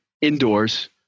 indoors